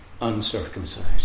uncircumcised